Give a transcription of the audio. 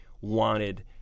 wanted